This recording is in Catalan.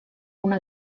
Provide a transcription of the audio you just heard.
una